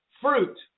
fruit